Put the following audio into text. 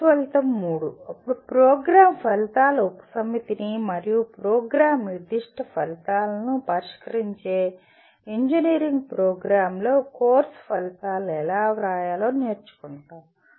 course ఫలితం మూడు అప్పుడు ప్రోగ్రామ్ ఫలితాల ఉపసమితిని మరియు ప్రోగ్రామ్ నిర్దిష్ట ఫలితాలను పరిష్కరించే ఇంజనీరింగ్ ప్రోగ్రామ్లో కోర్సు ఫలితాలను ఎలా రాయాలో నేర్చుకుంటాము